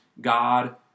God